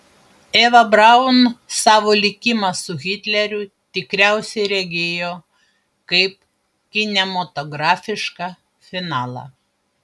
eva braun savo likimą su hitleriu tikriausiai regėjo kaip kinematografišką finalą